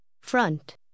Front